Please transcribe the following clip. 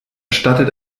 stattet